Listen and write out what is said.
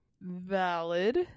Valid